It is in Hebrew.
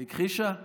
היא הכחישה את זה.